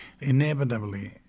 Inevitably